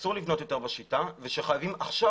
אסור לבנות יותר בשיטה וחייבים עכשיו